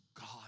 God